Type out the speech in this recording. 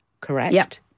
correct